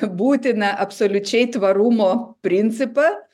būtiną absoliučiai tvarumo principą